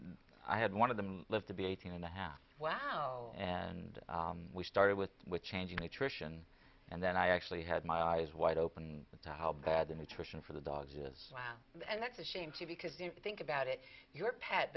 and i had one of them live to be eighteen and a half wow and we started with changing nutrition and then i actually had my eyes wide open to how bad the nutrition for the dogs is and that's a shame too because you think about it your pet